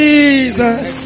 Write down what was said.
Jesus